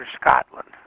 Scotland